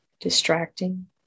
distracting